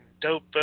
Dope